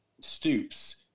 Stoops